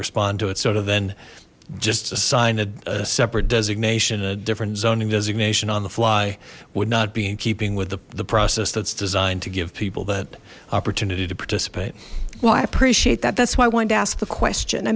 respond to it sort of then just assign a separate designation a different zoning designation on the fly would not be in keeping with the process that's designed to give people that opportunity to participate well i appreciate that that's why i wanted to ask the question i